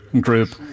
Group